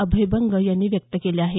अभय बंग यांनी व्यक्त केलं आहे